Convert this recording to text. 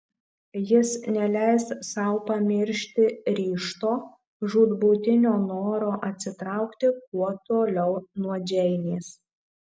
jis neleis sau pamiršti ryžto žūtbūtinio noro atsitraukti kuo toliau nuo džeinės